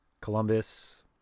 Columbus